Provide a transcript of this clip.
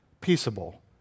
peaceable